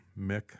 Mick